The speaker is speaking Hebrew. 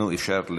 הרשימה